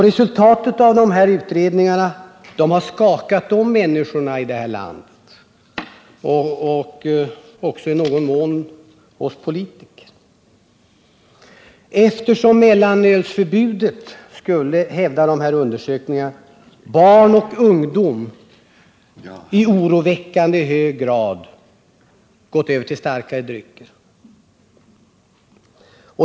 Resultatet av dessa utredningar har skakat om människorna i det här landet och även i någon mån oss politiker. Efter mellanölsförbudet skulle, hävdas det i dessa undersökningar, barn och ungdom i oroväckande hög grad ha gått över till starkare drycker.